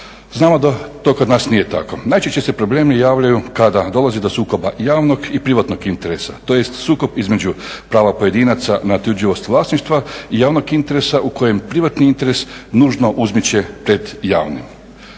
Znamo da to kod nas nije tako. Najčešće se problemi javljaju kada dolazi do sukoba javnog i privatnog interesa, tj. sukob između prava pojedinaca na otuđivost vlasništva i onog interesa u kojem privatni interes nužno uzmiče pred javnim.